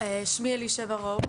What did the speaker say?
שמי אלישבע רואו,